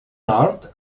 nord